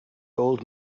old